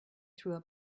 through